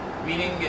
Meaning